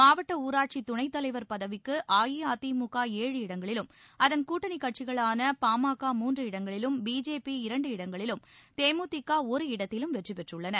மாவட்ட ஊராட்சி துணைத் தலைவர் பதவிக்கு அஇஅதிமுக ஏழு இடங்களிலும் அதன் கூட்டணி கட்சிகளான பாமக மூன்று இடங்களிலும் பிஜேபி இரண்டு இடங்களிலும் தேமுதிக ஒரு இடத்திலும் வெற்றி பெற்றுள்ளன